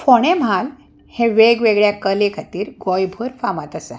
फोणें म्हाल हें वेगवेगळ्या कले खातीर गोंयभर फामाद आसा